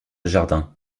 jardin